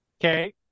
Okay